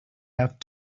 have